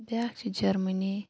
بیاکھ چھُ جرمنی